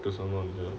'because around here